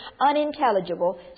unintelligible